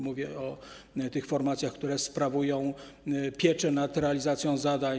Mówię o tych formacjach, które sprawują pieczę nad realizacją zadań.